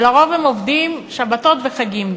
ולרוב הם עובדים גם שבתות וחגים.